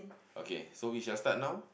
okay so we shall start now